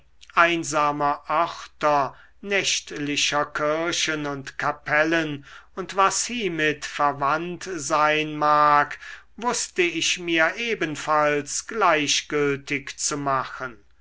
einsamer örter nächtlicher kirchen und kapellen und was hiemit verwandt sein mag wußte ich mir ebenfalls gleichgültig zu machen